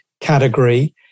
category